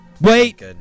Wait